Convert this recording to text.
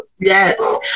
Yes